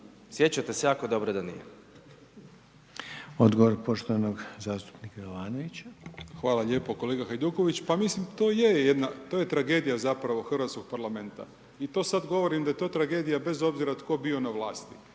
Sjećate se jako dobro da nije. **Reiner, Željko (HDZ)** Odgovor poštovanog zastupnika Jovanovića. **Jovanović, Željko (SDP)** Hvala lijepo kolega Hajduković. Pa mislim to je jedna, to je tragedija zapravo Hrvatskog parlamenta. I to sada govorim da je to tragedija bez obzira tko bio na vlasti.